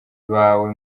bawe